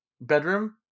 bedroom